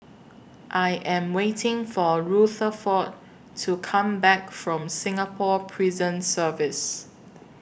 I Am waiting For Rutherford to Come Back from Singapore Prison Service